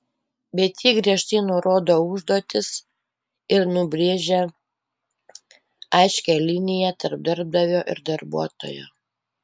bet ji griežtai nurodo užduotis ir nubrėžia aiškią liniją tarp darbdavio ir darbuotojo